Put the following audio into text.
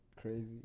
crazy